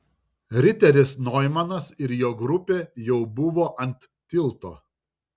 riteris noimanas ir jo grupė jau buvo ant tilto